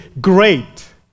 great